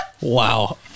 wow